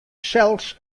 sels